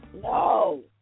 No